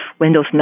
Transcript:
Windows